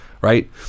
right